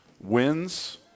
Wins